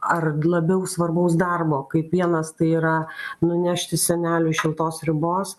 ar labiau svarbaus darbo kaip vienas tai yra nunešti seneliui šiltos sriubos